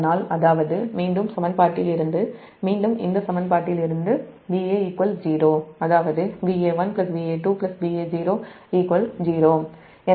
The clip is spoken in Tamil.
அதாவது மீண்டும் சமன்பாட்டிலிருந்து Va 0 அதாவது Va1 Va2 Va0 0